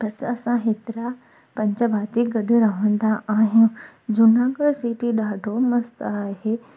बसि असां हेतरा पंज भाती गॾु रहंदा आहियूं जूनागढ़ सिटी ॾाढो मस्त आहे